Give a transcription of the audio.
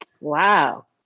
Wow